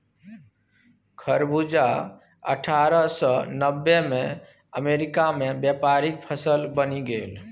खरबूजा अट्ठारह सौ नब्बेमे अमेरिकामे व्यापारिक फसल बनि गेल